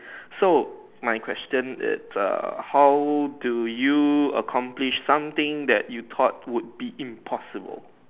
so mine question it the how do you accomplish something that you taught would be impossible